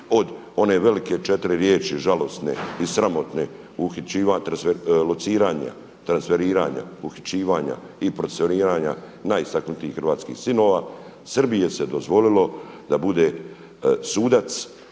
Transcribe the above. od one velike četiri riječi žalosne i sramotne uhićivat, lociranja, transferiranja, uhićivanja i procesuiranja najistaknutijih hrvatskih sinova. Srbiji se dozvolilo da bude sudac